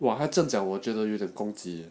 !wah! 他这样讲我觉得有点攻击